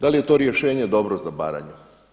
Da li je to rješenje dobro za Baranju.